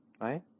right